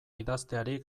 idazteari